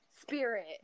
spirit